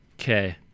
Okay